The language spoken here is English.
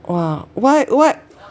!wah! why why